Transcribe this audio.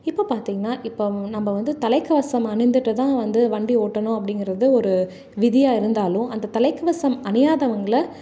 இப்போது பார்த்திங்கன்னா இப்போது நம்ப வந்து தலை கவசம் அணிந்துகிட்டு தான் வந்து வண்டி ஓட்டணும் அப்படிங்கிறது ஒரு விதியாக இருந்தாலும் அந்த தலை கவசம் அணியாதவங்களை